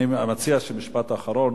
אני מציע שמשפט אחרון.